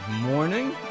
morning